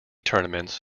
tournaments